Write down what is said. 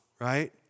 right